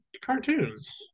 cartoons